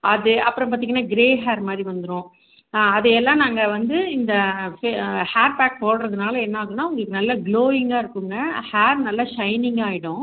அது அப்புறம் பார்த்திங்கன்னா கிரே ஹேர் மாதிரி வந்துடும் அது எல்லாம் நாங்கள் வந்து இந்த ஹே ஹேர் பேக் போடுறதுனால என்னாகுன்னால் உங்களுக்கு நல்ல குளோயிங்காக இருக்குங்க ஹேர் நல்லா ஷைனிங்காயிடும்